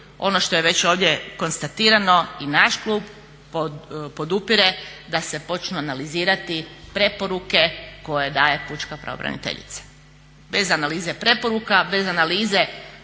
ono što je već ovdje konstatirano i naš klub podupire da se počnu analizirati preporuke koje daje pučka pravobraniteljica. Bez analize preporuka, bez analize